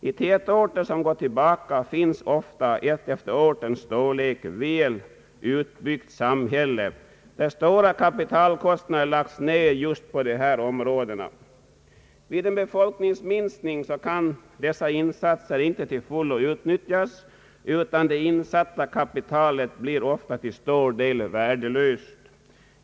I tätorter som går tillbaka finns ofta ett efter ortens storlek väl utbyggt samhälle, där stora kapitalkostnader lagts ned just på dessa områden. Vid en befolkningsminskning kan dessa insatser inte till fullo utnyttjas, utan det insatta kapitalet blir ofta till en stor del värdelöst.